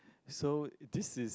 so this is